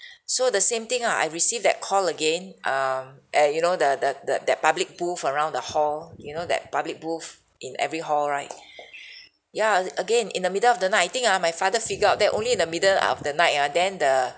so the same thing ah I received that call again um and you know the the the that public booth around the hall you know that public booth in every hall right ya again in the middle of the night I think ah my father figure out that only in the middle of the night ah then the